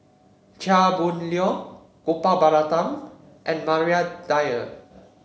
Chia Boon Leong Gopal Baratham and Maria Dyer